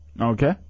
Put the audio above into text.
Okay